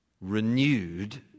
renewed